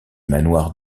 manoir